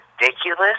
ridiculous